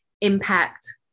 impact